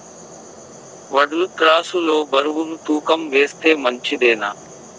వడ్లు త్రాసు లో బరువును తూకం వేస్తే మంచిదేనా?